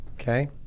Okay